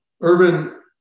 Urban